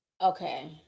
Okay